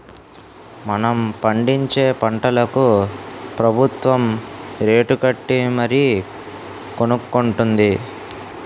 మనం పండించే పంటలకు ప్రబుత్వం రేటుకట్టి మరీ కొనుక్కొంటుంది